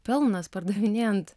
pelnas pardavinėjant